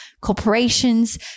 corporations